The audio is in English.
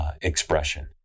expression